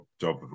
job